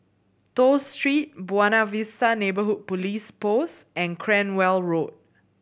Toh Street Buona Vista Neighbourhood Police Post and Cranwell Road